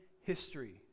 history